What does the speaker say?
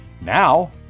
Now